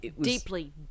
deeply